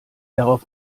darauf